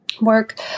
work